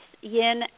yin